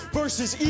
versus